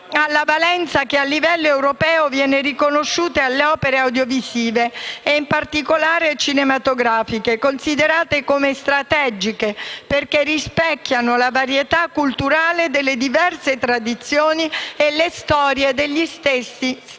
alla valenza che a livello europeo viene riconosciuta alle opere audiovisive e in particolare cinematografiche, considerate come strategiche, perché rispecchiano la varietà culturale delle diverse tradizioni e le storie degli stessi Stati